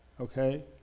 Okay